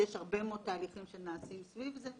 יש הרבה מאוד תהליכים שנעשים סביב זה,